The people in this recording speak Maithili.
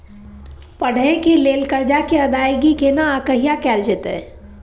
पढै के लिए लेल कर्जा के अदायगी केना आ कहिया कैल जेतै?